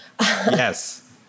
Yes